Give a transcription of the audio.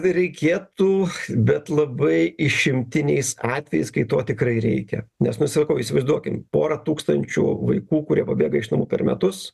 reikėtų bet labai išimtiniais atvejais kai to tikrai reikia nes nu sakau įsivaizduokim porą tūkstančių vaikų kurie pabėga iš namų per metus